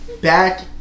back